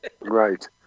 Right